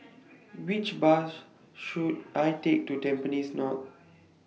Which Bus should I Take to Tampines North